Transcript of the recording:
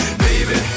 Baby